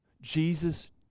Jesus